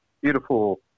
beautiful